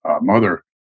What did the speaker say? mother